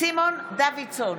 סימון דוידסון,